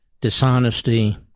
dishonesty